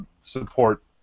support